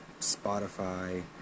Spotify